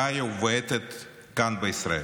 חיה ובועטת כאן בישראל.